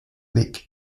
league